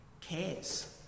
cares